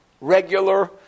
regular